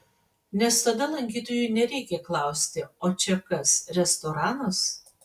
nes tada lankytojui nereikia klausti o čia kas restoranas